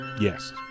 yes